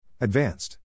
Advanced